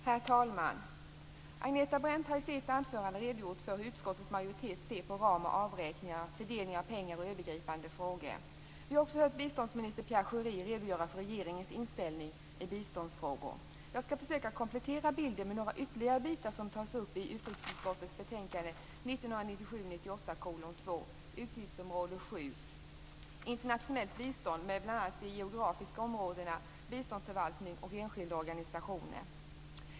Herr talman! Agneta Brendt har i sitt anförande redogjort för hur utskottets majoritet ser på ram och avräkningar, fördelning av pengar och övergripande frågor. Vi har också hört biståndsminister Pierre Schori redogöra för regeringens inställning i biståndsfrågor. Jag skall försöka komplettera bilden med några ytterligare bitar som tas upp i utrikesutskottets betänkande 1997/98:2 Utgiftsområde 7, Internationellt bistånd med bl.a. geografiska områden, biståndsförvaltning och enskilda organisationer.